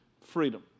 Freedom